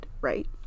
right